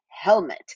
helmet